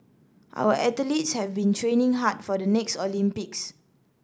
our athletes have been training hard for the next Olympics